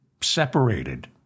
separated